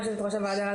יושבת-ראש הוועדה,